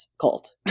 cult